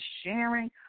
sharing